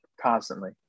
constantly